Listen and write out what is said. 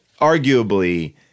arguably